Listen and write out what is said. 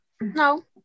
No